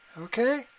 Okay